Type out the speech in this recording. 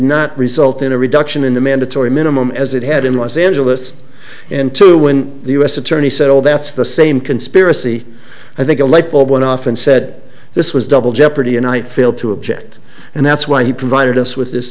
not result in a reduction in the mandatory minimum as it had in los angeles in two when the u s attorney said oh that's the same conspiracy i think a light bulb went off and said this was double jeopardy anite failed to object and that's why he provided us with this